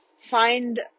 find